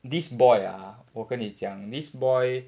this boy ah 我跟你讲 this boy